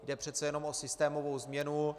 Jde přece jenom o systémovou změnu.